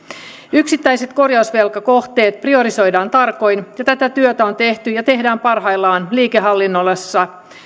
yksittäiset korjausvelkakohteet priorisoidaan tarkoin ja tätä työtä on tehty ja tehdään parhaillaan liikennehallinnossa